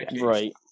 right